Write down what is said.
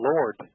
Lord